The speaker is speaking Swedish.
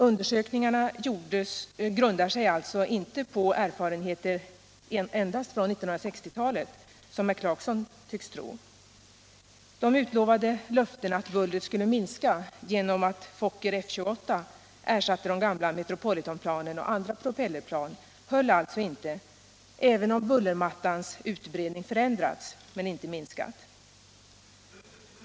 Undersökningarna grundar sig därför inte endast på erfarenheter från 1960 talet, som herr Clarkson tycks tro. De utlovade löftena att bullret skulle minska genom att Fokker F 28 ersatte de gamla Metropolitanplanen och andra propellerplan höll alltså inte, även om bullermattans utbredning förändrades. Den har emellertid inte minskat.